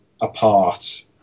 apart